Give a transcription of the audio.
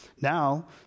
Now